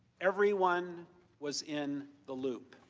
everyone was in the loop.